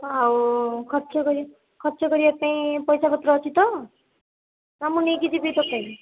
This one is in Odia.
ଆଉ ଖର୍ଚ୍ଚ କରି ଖର୍ଚ୍ଚ କରିବା ପାଇଁ ପଇସାପତ୍ର ଅଛି ତ ନା ମୁଁ ନେଇକି ଯିବି ତୋ ପାଇଁ